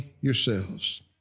yourselves